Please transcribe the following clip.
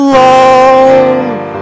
love